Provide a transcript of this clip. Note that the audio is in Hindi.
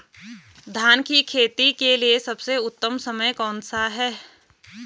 धान की खेती के लिए सबसे उत्तम समय कौनसा है?